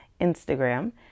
Instagram